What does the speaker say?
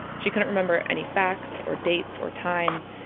she couldn't remember any facts or dates or times.